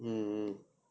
mm